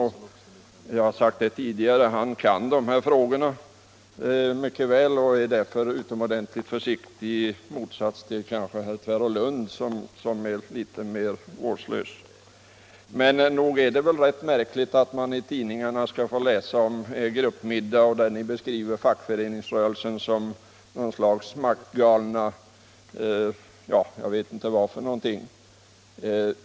Han kan de här frågorna mycket väl, det har jag sagt tidigare, och är därför utomordentligt försiktig i motsats till herr Nilsson i Tvärålund som är litet mer vårdslös. Men nog är det väl märkligt att man i tidningarna skall få läsa om er gruppmiddag där ni beskriver fackföreningsrörelsen som något slags maktgalet — jag vet inte vad.